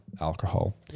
alcohol